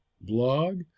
blog